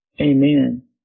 Amen